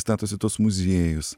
statosi tuos muziejus